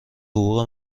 حقوق